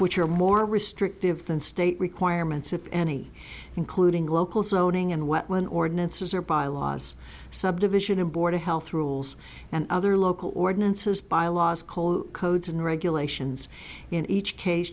which are more restrictive than state requirements of any including local zoning and what when ordinances are bylaws subdivision aboard a health rules and other local ordinances bylaws kolo codes and regulations in each case